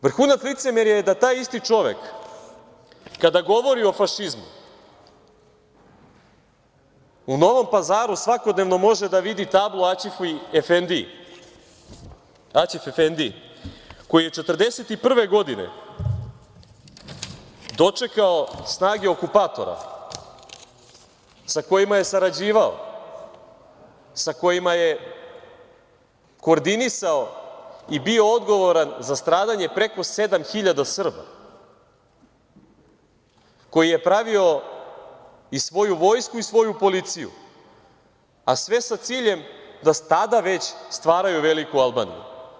Vrhunac licemerja je da taj isti čovek kada govori o fašizmu u Novom Pazaru svakodnevno može da vidi tablu Aćif Efendiji, koji je 1941. godine dočekao snage okupatora sa kojima je sarađivao, sa kojima je koordinisao i bio odgovoran za stradanje preko 7.000 Srba, koji je pravio i svoju vojsku i svoju policiju, a sve sa ciljem da tada već stvaraju „Veliku Albaniju“